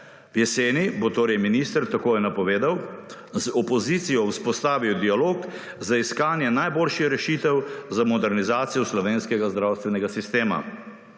Jeseni, bo torej minister, tako je napovedal, z opozicijo vzpostavil dialog za iskanje najboljših rešitev za modernizacijo slovenskega zdravstvenega sistema.